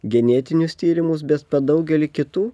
genetinius tyrimus bet po daugelį kitų